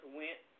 went